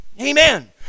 Amen